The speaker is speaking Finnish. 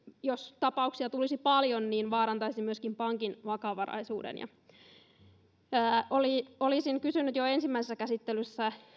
jos tapauksia tulisi paljon tämä tietenkin vaarantaisi myöskin pankin vakavaraisuuden olisin kysynyt jo ensimmäisessä käsittelyssä